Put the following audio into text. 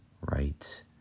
right